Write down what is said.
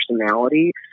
personality